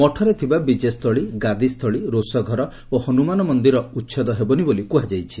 ମଠରେ ଥବା ବିଜେସ୍ସୁଳି ଗାଦିସୁଳି ରୋଷଘର ଓ ହନ୍ତମାନ ମନ୍ଦିର ଉଛେଦ ହେବନି ବୋଲି କୃହାଯାଇଛି